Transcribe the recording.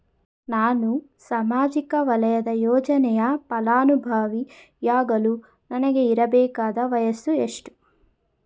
ನಾನು ಸಾಮಾಜಿಕ ವಲಯದ ಯೋಜನೆಯ ಫಲಾನುಭವಿ ಯಾಗಲು ನನಗೆ ಇರಬೇಕಾದ ವಯಸ್ಸು ಎಷ್ಟು?